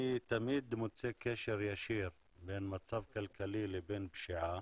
אני תמיד מוצא קשר ישיר בין מצב כלכלי לבין פשיעה